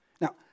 Now